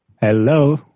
Hello